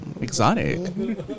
exotic